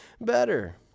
better